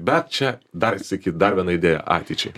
bet čia dar sykį dar viena idėja ateičiai